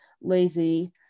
Lazy